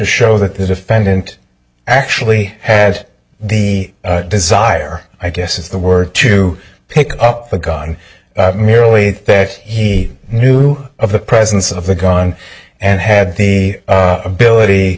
show that the defendant actually had the desire i guess is the word to pick up the gun merely that he knew of the presence of the gun and had the ability